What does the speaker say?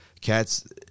Cats